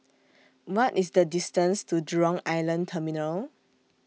What IS The distance to Jurong Island Terminal